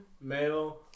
male